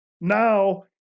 Now